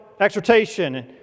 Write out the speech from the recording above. exhortation